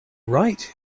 right